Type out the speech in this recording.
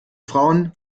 frauen